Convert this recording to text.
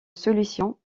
solution